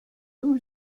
who